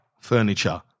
furniture